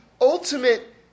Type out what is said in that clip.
ultimate